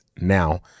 now